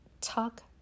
talk